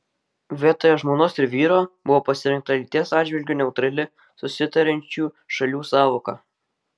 vietoje žmonos ir vyro buvo pasirinkta lyties atžvilgiu neutrali susitariančių šalių sąvoka